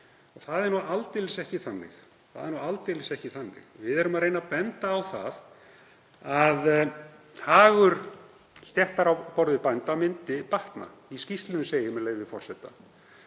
það er nú aldeilis ekki þannig. Við erum að reyna að benda á það að hagur stéttar á borð við bænda myndi batna. Í skýrslunni segir, með leyfi forseta: